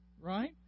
right